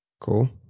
Cool